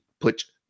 put